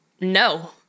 No